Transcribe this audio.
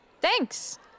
thanks